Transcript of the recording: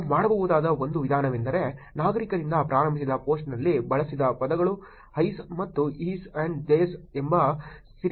ನಾವು ಮಾಡಬಹುದಾದ ಒಂದು ವಿಧಾನವೆಂದರೆ ನಾಗರಿಕರಿಂದ ಪ್ರಾರಂಭಿಸಿದ ಪೋಸ್ಟ್ನಲ್ಲಿ ಬಳಸಿದ ಪದಗಳು is ಮತ್ತು hes and theys ಎಂಬ ಸರಿಯಾದ ನಾಮಪದಗಳನ್ನು ನೋಡುವುದು